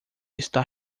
está